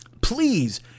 Please